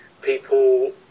people